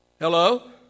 Hello